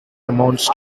amounts